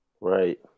Right